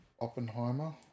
Oppenheimer